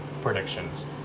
predictions